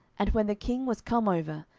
and when the king was come over,